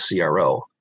CRO